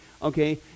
Okay